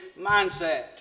mindset